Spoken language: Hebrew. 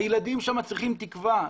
הילדים שם צריכים תקווה.